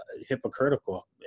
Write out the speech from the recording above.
hypocritical